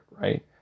Right